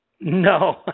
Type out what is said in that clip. No